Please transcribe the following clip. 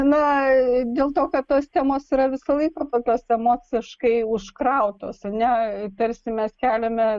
na dėl to kad tos temos yra visą laiką tokios emociškai užkrautos ar ne tarsi mes keliame